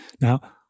Now